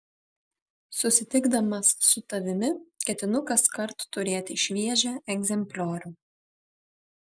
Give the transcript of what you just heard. susitikdamas su tavimi ketinu kaskart turėti šviežią egzempliorių